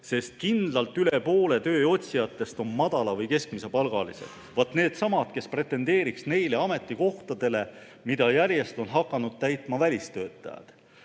sest kindlalt üle poole tööotsijatest on madala- või keskmisepalgalised ehk siis needsamad inimesed, kes pretendeeriks nendele ametikohtadele, mida järjest on hakanud täitma välistöötajad.